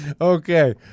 Okay